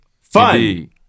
Fun